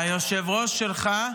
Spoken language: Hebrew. והיושב-ראש שלך,